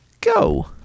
go